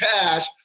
cash